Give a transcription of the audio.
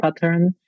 pattern